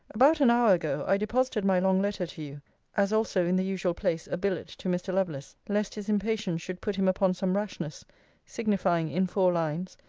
about an hour ago, i deposited my long letter to you as also, in the usual place, a billet to mr. lovelace, lest his impatience should put him upon some rashness signifying, in four lines,